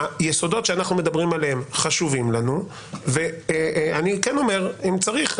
היסודות שאנחנו מדברים עליהם חשובים לנו ואני כן אומר שאם צריך,